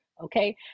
okay